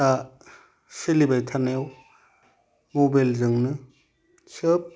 दा सोलिबाय थानायाव मबेलजोंनो सोब